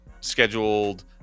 scheduled